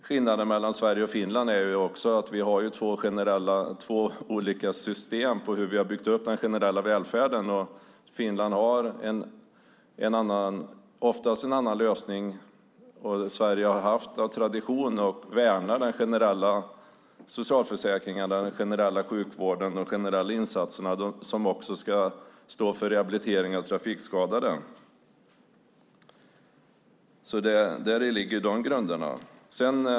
Skillnaden mellan Sverige och Finland är att vi har två olika system för hur vi har byggt upp den generella välfärden, och Finland har oftast en annan lösning än Sverige som av tradition värnar den generella socialförsäkringen, den generella sjukvården och de generella insatser som också ska stå för rehabilitering av trafikskadade. Däri ligger alltså dessa grunder.